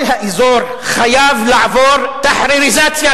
כל האזור חייב לעבור "תחריריזציה",